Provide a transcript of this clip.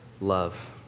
Love